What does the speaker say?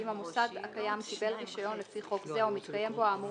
אם המוסד הקיים קיבל רישיון לפי חוק זה או מתקיים בו האמור